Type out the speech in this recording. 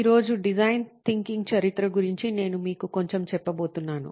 ఈ రోజు design thinking చరిత్ర గురించి నేను మీకు కొంచెం చెప్పబోతున్నాను